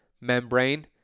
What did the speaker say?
membrane